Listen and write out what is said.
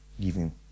giving